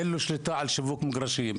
אין לו שליטה על שיווק מגרשים,